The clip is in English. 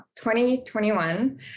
2021